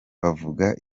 bavuga